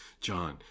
John